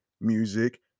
music